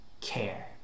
care